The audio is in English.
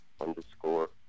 underscore